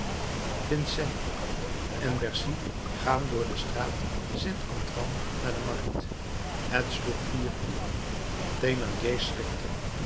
vincennes en bercy gaan door de straat st antoine naar de markt het sloeg vier uren thénardier schrikte